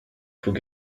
faut